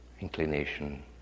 inclination